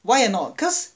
why or not because